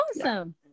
Awesome